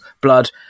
blood